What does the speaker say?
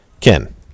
Ken